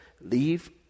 leave